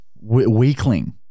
Weakling